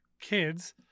kids